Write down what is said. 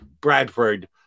Bradford